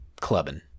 clubbing